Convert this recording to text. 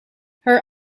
her